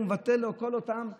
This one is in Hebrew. הוא מבטל לכל אותם פועלים,